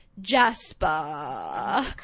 Jasper